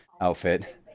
outfit